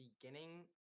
beginning